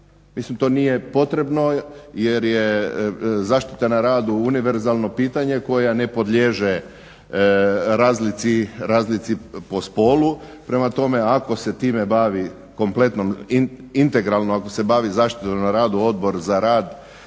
Mislim to nije potrebno jer je zaštita na radu univerzalno pitanje, koja ne podliježe razlici po spolu, prema tome ako se time bavi, kompletno, integralno ako se bavi zaštitom na radu Odbor za rad,